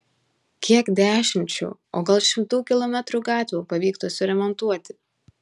kiek dešimčių o gal šimtų kilometrų gatvių pavyktų suremontuoti